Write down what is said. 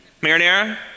Marinara